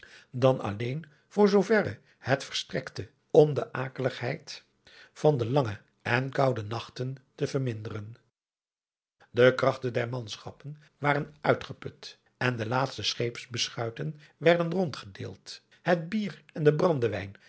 dan alleen voor zoo verre het verstrekte om de akeligheid van de lange en koude nachten te verminderen de krachten der manschappen waren uitgeput en de laatste scheepsbeschuiten werden rondgedeeld het bier en de brandewijn